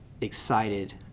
excited